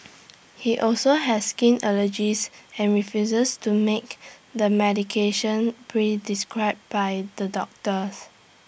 he also has skin allergies and refuses to make the medication pre described by the doctors